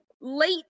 late